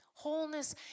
Wholeness